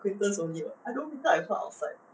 acquaintance only [what] I don't meet up with her outside